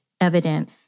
evident